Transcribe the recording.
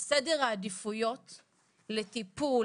סדר העדיפויות לטיפול,